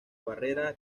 barrera